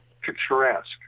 picturesque